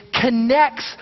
connects